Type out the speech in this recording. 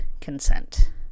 consent